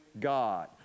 God